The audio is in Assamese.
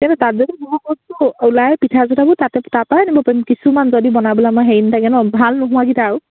তেন্তে তাত যদি বহু বস্তু ওলাই পিঠা চিঠাবোৰ মই হেৰি নথাকে ন ভাল নোহোৱাকেইটা আৰু